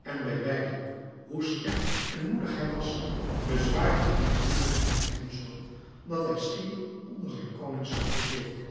en bij wijlen hoe sterk en moedig hij was bezwaarde en bemoeielijkte het hem zoo dat hij schier onder zijn koningschap bezweek